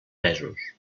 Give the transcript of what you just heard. mesos